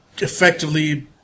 effectively